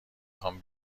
خوام